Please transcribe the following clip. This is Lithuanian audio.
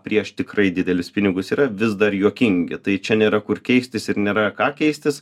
prieš tikrai didelius pinigus yra vis dar juokingi tai čia nėra kur keistis ir nėra ką keistis